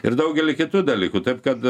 ir daugelį kitų dalykų taip kad